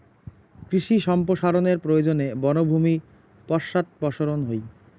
কৃষি সম্প্রসারনের প্রয়োজনে বনভূমি পশ্চাদপসরন হই